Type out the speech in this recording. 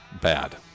Bad